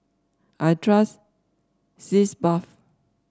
I trust Sitz Bath